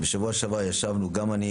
בשבוע שעבר ישבנו גם אני,